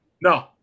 No